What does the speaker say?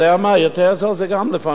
יותר זול זה גם לפעמים עניין.